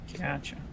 Gotcha